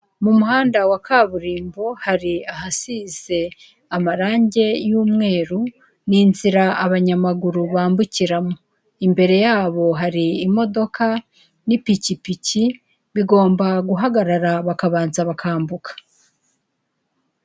Mu muhanda wa kaburimbo hari ahasize amarangi y'umweru n'inzira abanyamaguru bambukiramo, imbere yabo hari imodoka n'ipikipiki bigomba guhagarara bakabanza bakambuka.